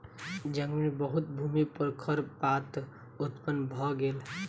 जंगल मे बहुत भूमि पर खरपात उत्पन्न भ गेल